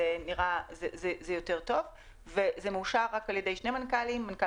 זה נראה יותר טוב וזה מאושר רק על-ידי שני מנכ"לים מנכ"ל